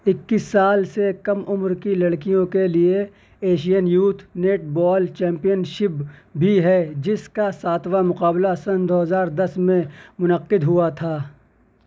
اکیس سال سے کم عمر کی لڑکیوں کے لیے Asian youth netball championship بھی ہے جس کا ساتواں مقابلہ سن دو ہزار دس میں منعقد ہوا تھا